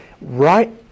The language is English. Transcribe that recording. right